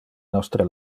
nostre